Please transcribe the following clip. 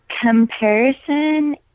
Comparison